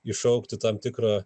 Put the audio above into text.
iššaukti tam tikrą